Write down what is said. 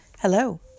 Hello